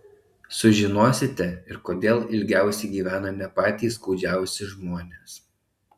sužinosite ir kodėl ilgiausiai gyvena ne patys kūdžiausi žmonės